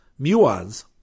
Muons